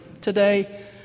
Today